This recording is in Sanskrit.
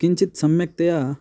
किञ्चित् सम्यक्तया